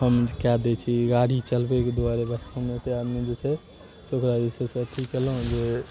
हम कऽ दै छी गाड़ी चलबैके दुआरे बस हम ओतेक आदमी जे छै से ओकरा जे छै से अथी केलहुँ जे